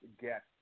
get